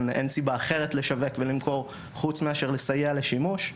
אין סיבה אחרת לשווק ולמכור חוץ מאשר לסייע לשימוש,